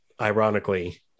ironically